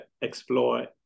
explore